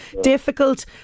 difficult